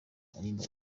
aririmba